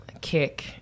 kick